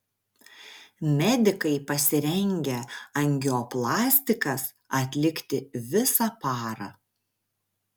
medikai pasirengę angioplastikas atlikti visą parą